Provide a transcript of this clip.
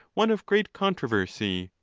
one of great controversy,